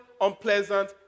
unpleasant